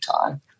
time